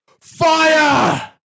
fire